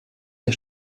der